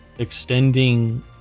extending